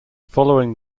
following